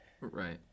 Right